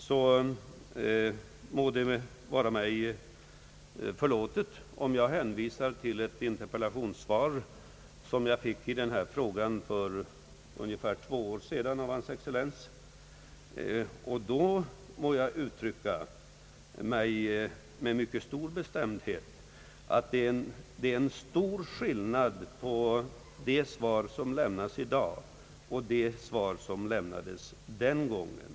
Det må väl vara mig förlåtit om jag i det sammanhanget hänvisar till ett interpellationssvar i den här frågan som jag fick för ungefär två år sedan av eders excellens. Det är en stor skillnad på det svar som har lämnats i dag och det svar som lämnades den gången.